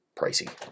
pricey